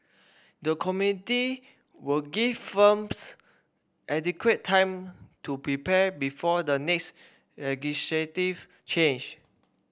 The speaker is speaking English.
the committee will give firms adequate time to prepare before the next legislative change